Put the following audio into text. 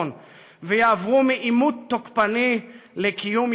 התשע"ז / 13 16 בנובמבר 2016 / 3 חוברת ג' ישיבה קס"ג